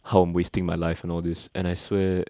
how I'm wasting my life and all this and I swear